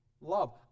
Love